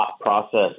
process